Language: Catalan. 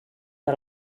per